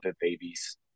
Babies